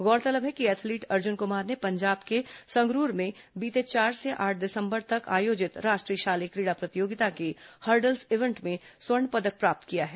गौरतलब है कि एथलीट अर्जुन कुमार ने पंजाब के संगरूर में बीते चार से आठ दिसंबर तक आयोजित राष्ट्रीय शालेय क्रीडा प्रतियोगिता के हर्डल्स इवेंट में स्वर्ण पदक प्राप्त किया है